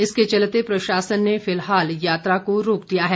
इसके चलते प्रशासन ने फिलहाल यात्रा को रोक दिया है